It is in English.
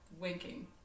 winking